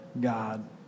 God